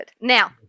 Now